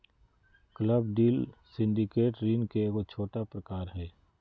club deal syndicate ऋण के एगो छोटा प्रकार हय